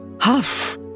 Huff